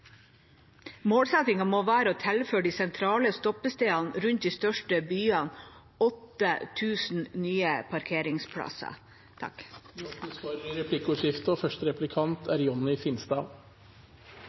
må være å tilføre de sentrale stoppestedene rundt de største byene 8 000 nye parkeringsplasser. Det blir replikkordskifte. ERTMS er et felles europeisk trafikksystem for